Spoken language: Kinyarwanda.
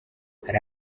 hari